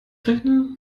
rechne